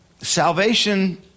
Salvation